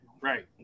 right